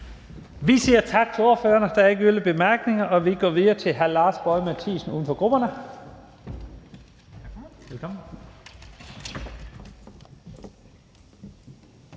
Vi siger tak til ordføreren. Der er ikke yderligere korte bemærkninger, og vi går videre til hr. Lars Boje Mathiesen, uden for grupperne.